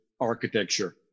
architecture